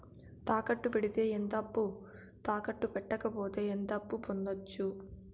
తాకట్టు పెడితే ఎంత అప్పు, తాకట్టు పెట్టకపోతే ఎంత అప్పు పొందొచ్చు?